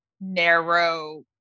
narrow